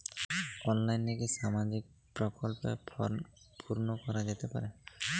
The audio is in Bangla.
অনলাইনে কি সামাজিক প্রকল্পর ফর্ম পূর্ন করা যেতে পারে?